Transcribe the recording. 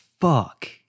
fuck